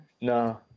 No